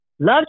Love